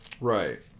Right